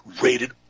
rated